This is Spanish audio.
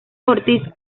ortiz